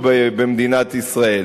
קיימות במדינת ישראל.